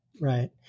right